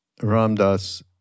Ramdas